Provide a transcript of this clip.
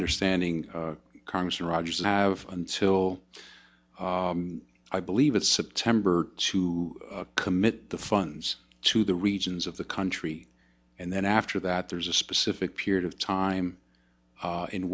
understanding congressman rogers and i have until i believe it's september to commit the funds to the regions of the country and then after that there's a specific period of time